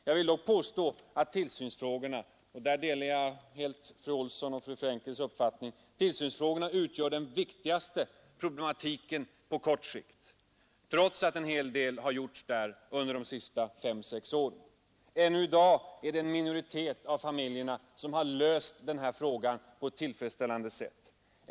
Jag vill dock påstå att tillsynsfrågorna — och här delar jag fru Olssons i Hölö och fru Frenkels uppfattning — utgör den viktigaste problematiken på kort sikt, trots att en hel del här gjorts under de senaste fem sex åren. Ännu i dag är det en minoritet av familjerna som löst den frågan på ett tillfredsställande sätt.